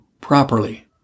Properly